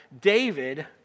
David